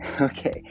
Okay